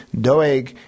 doeg